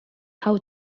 how